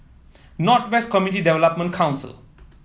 North West Community Development Council